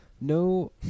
no